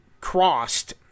crossed